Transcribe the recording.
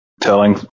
telling